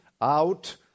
out